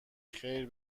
خیر